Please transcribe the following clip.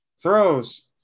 Throws